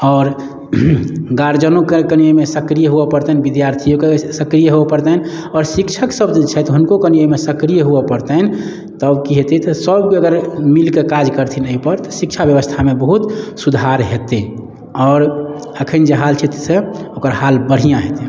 आओर गार्जनोके कनि एहिमे सक्रिय हुअ पड़तनि विद्यार्थियौके सक्रिय हुअ पड़तनि आओर शिक्षकसब जे छथि हुनको कनि एहिमे सक्रिय हुअ पड़तनि तब कि हेतै सबकिओ अगर मिलके काज करथिन एहिपर तऽ शिक्षा बेबस्थामे बहुत सुधार हेतै आओर एखन जे हाल छै ताहिसँ ओकर हाल बढ़िआँ हेतै